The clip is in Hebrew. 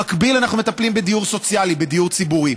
במקביל אנחנו מטפלים בדיור סוציאלי, בדיור ציבורי.